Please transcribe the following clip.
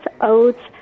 oats